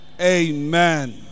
amen